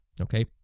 okay